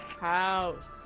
House